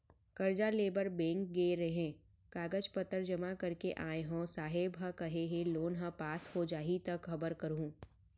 करजा लेबर बेंक गे रेहेंव, कागज पतर जमा कर के आय हँव, साहेब ह केहे हे लोन ह पास हो जाही त खबर करहूँ